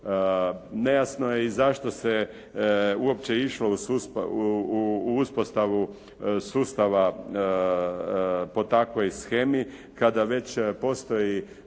Nejasno je i zašto se uopće išlo u uspostavu sustava po takvoj shemi kada već postoji